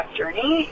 journey